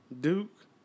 Duke